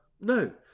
no